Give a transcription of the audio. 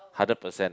hundred percent